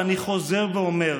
ואני חוזר ואומר,